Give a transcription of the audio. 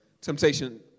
temptation